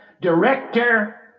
director